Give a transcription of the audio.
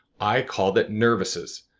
i call it nervices.